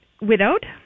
Widowed